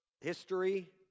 history